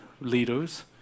leaders